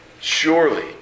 Surely